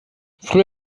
früher